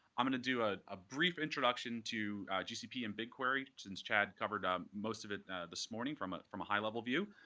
i'm going to do ah a brief introduction to gcp and bigquery since chad covered um most of it this morning from ah from a high level view.